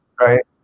right